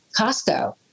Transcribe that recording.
Costco